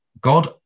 God